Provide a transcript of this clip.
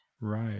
Right